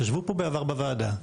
ישבו פה בעבר בוועדה.